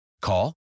Call